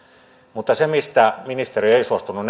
mutta se mistä ministeri ei suostunut